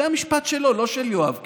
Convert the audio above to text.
זה המשפט שלו, לא של יואב קיש.